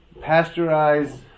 pasteurized